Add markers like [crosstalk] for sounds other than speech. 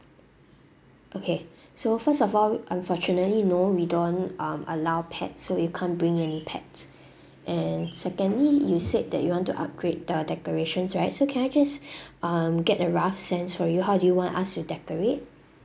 okay so first of all unfortunately no we don't um allow pets so you can't bring any pets and secondly you said that you want to upgrade the decorations right so can I just [breath] um get a rough sense from you how do you want us to decorate